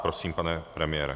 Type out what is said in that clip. Prosím, pane premiére.